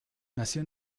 nació